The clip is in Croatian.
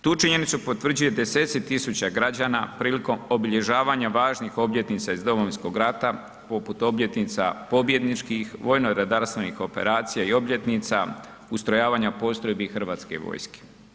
Tu činjenicu potvrđuje deseci tisuća građana prilikom obilježavanja važnih obljetnica iz Domovinskog rata poput obljetnica pobjedničkih vojno- redarstvenih operacija i obljetnica, ustrojavanja postrojbi Hrvatske vojske.